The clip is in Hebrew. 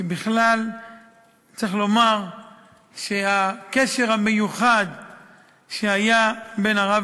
ובכלל צריך לומר שהקשר שהיה בין הרב